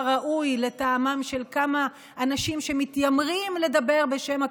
ראוי לטעמם של כמה אנשים שמתיימרים לדבר בשם התורה.